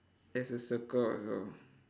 there's a circle also